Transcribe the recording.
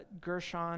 Gershon